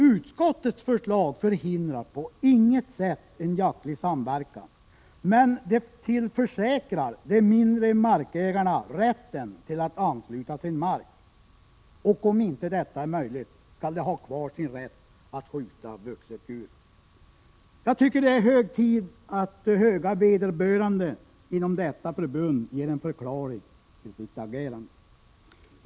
Utskottets förslag förhindrar på inget sätt en jaktlig samverkan, men det tillförsäkrar de mindre markägarna rätten till att ansluta sin mark. Om inte detta är möjligt, skall de ha kvar sin rätt att skjuta ett vuxet djur. Det är hög tid att höga vederbörande inom detta förbund ger en förklaring till sitt agerande.